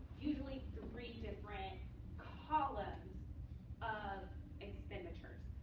usually, three different columns of expenditures.